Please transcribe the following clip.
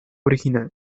original